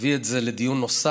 נביא את זה לדיון נוסף,